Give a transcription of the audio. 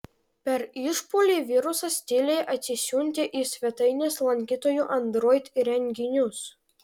per išpuolį virusas tyliai atsisiuntė į svetainės lankytojų android įrenginius